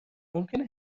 ممکنه